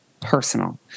personal